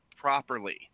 properly